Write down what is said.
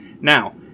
Now